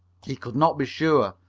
he could not be sure,